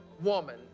woman